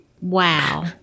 Wow